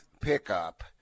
pickup